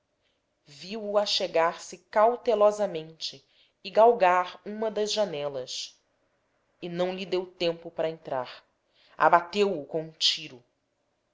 vivenda viu-o achegar se cautelosamente e galgar uma das janelas e não lhe deu tempo para entrar abateu o com um tiro